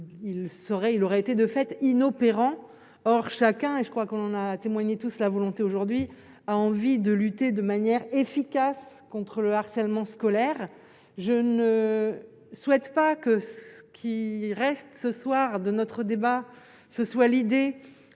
il aurait été de fait inopérants, or chacun et je crois qu'on a témoigné tout cela volonté aujourd'hui a envie de lutter de manière efficace contre le harcèlement scolaire je ne souhaite pas que ce qui reste ce soir de notre débat, ce soit l'idée